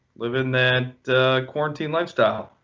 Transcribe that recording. living that quarantine lifestyle.